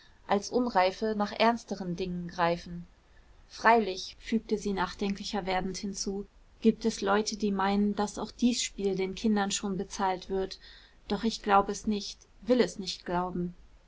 als unreife nach ernsteren dingen greifen freilich fügte sie nachdenklicher werdend hinzu gibt es leute die meinen daß auch dies spiel den kindern schon bezahlt wird doch ich glaub es nicht will es nicht glauben